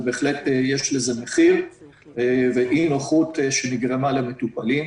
ובהחלט יש לזה מחיר ואי נוחות שנגרמה למטופלים.